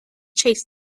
chase